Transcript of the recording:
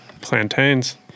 Plantains